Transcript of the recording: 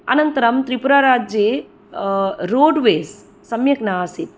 अनन्तरं त्रिपुराराज्ये रोड्वेज़् सम्यक् ना आसीत्